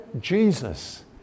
Jesus